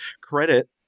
credit